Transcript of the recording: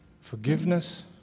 forgiveness